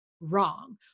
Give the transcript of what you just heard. Wrong